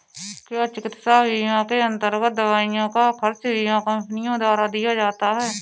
क्या चिकित्सा बीमा के अन्तर्गत दवाइयों का खर्च बीमा कंपनियों द्वारा दिया जाता है?